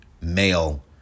male